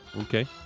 Okay